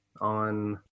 on